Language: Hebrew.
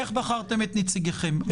איך בחרתם את נציגיכם?